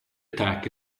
attack